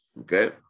okay